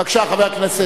בבקשה, חבר הכנסת.